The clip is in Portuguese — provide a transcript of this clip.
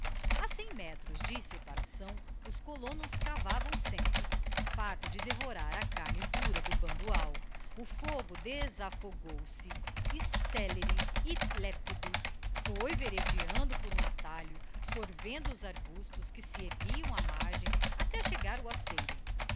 cem metros de separação os colonos cavavam sempre farto de devorar a carne dura do bambual o íogo desafogou se e célere e lépido foi veredeando por um atalho sorvendo os arbustos que se erguiam á margem até chegar ao aceiro